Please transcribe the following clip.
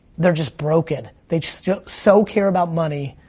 they're just broken. they just so care about money,